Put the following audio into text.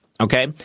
Okay